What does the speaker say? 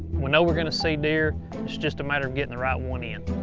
we know we're going to see deer. it's just a matter of getting the right one in.